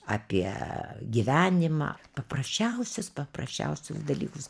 apie gyvenimą paprasčiausius paprasčiausius dalykus